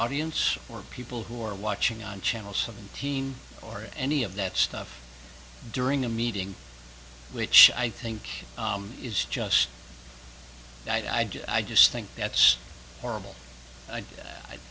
audience or people who are watching on channel seventeen or any of that stuff during a meeting which i think is just that i just i just think that's horrible